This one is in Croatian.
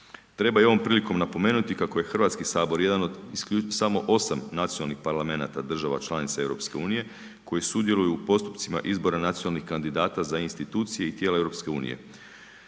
Treba i ovom prilikom napomenuti kako je Hrvatski sabor samo osam nacionalnih parlamenata država članica EU koji sudjeluju u postupcima izbora nacionalnih kandidata za institucije i tijela EU,